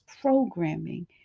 programming